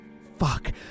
fuck